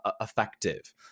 effective